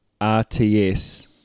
RTS